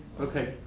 ok.